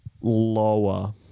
lower